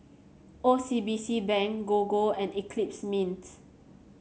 O C B C Bank Gogo and Eclipse Mints